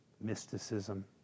mysticism